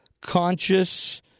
conscious